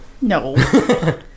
no